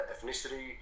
ethnicity